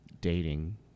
dating